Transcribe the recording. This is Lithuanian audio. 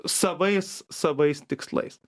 savais savais tikslais